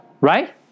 right